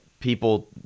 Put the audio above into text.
people